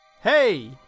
Hey